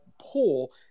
pool –